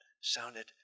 sounded